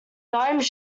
dimes